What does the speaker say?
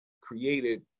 created